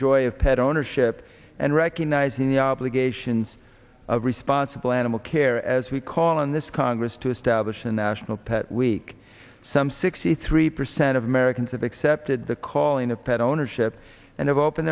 joy of pet ownership and recognizing the obligations of responsible animal care as we call on this congress to establish a national pet week some sixty three percent of americans have accepted the calling of pet ownership and